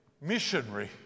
missionary